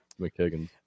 McKagan